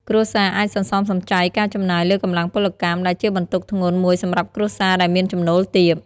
គ្រួសារអាចសន្សំសំចៃការចំណាយលើកម្លាំងពលកម្ម ដែលជាបន្ទុកធ្ងន់មួយសម្រាប់គ្រួសារដែលមានចំណូលទាប។